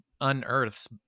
unearths